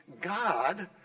God